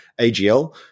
AGL